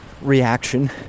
reaction